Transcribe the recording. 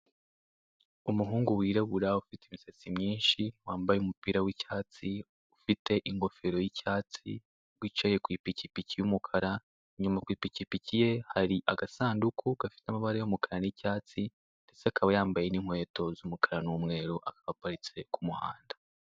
Umuhungu wirabura ufite imisatsi myinshi, wambaye umupira w'icyatsi, ufite ingofero y'icyatsi, wicaye ku ipikipiki y'umukara, inyuma ku ipikipiki ye hari agasanduku gafite amabara y'umukara n'icyatsi ndetse akaba yambaye n'inkweto z'umukara n'umweru, akaba aparitse ku muhanda.